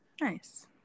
Nice